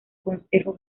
consejo